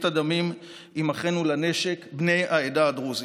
הדמים עם אחינו לנשק בני העדה הדרוזית.